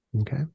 Okay